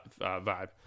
vibe